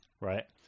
right